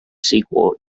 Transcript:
sequel